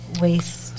waste